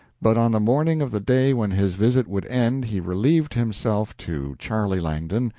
but on the morning of the day when his visit would end he relieved himself to charlie langdon,